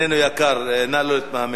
זמננו יקר, נא לא להתמהמה.